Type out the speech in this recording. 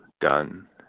done